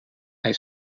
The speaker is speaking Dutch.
hij